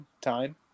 time